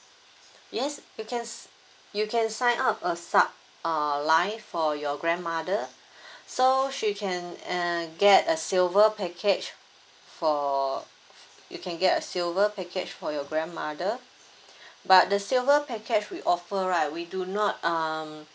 yes you can s~ you can sign up a sub err line for your grandmother so she can uh get a silver package for you can get a silver package for your grandmother but the silver package we offer right we do not um